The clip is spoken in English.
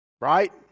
Right